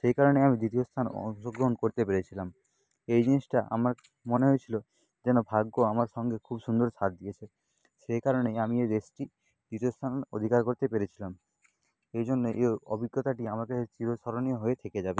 সেই কারণেই আমি দ্বিতীয় স্থান অংশগ্রহণ করতে পেরেছিলাম এই জিনিসটা আমার মনে হয়েছিল যেন ভাগ্য আমার সঙ্গে খুব সুন্দর সাথ দিয়েছে সেই কারণেই আমি এই রেসটি দ্বিতীয় স্থান অধিকার করতে পেরেছিলাম এই জন্যে এ অভিজ্ঞতাটি আমাকে চিরস্মরণীয় হয়ে থেকে যাবে